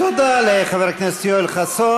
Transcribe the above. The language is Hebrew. תודה לחבר הכנסת יואל חסון.